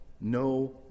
no